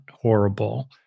horrible